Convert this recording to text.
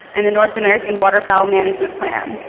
and the north american waterfall management plan.